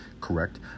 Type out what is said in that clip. correct